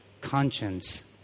conscience